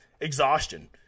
Exhaustion